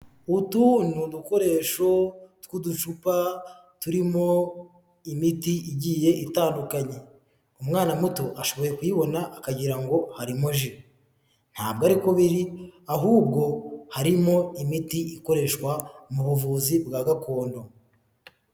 Utu ni udukoresho tw'uducupa turimo imiti igiye itandukanye, umwana muto ashoboye kuyibona akagira ngo harimo ji, ntabwo ari ko biri ahubwo harimo imiti ikoreshwa mu buvuzi bwa gakondo.